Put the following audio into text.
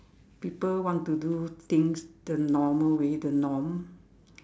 people want to do things the normal way the norm